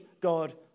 God